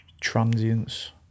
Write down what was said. transience